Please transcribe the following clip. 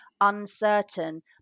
uncertain